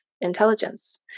intelligence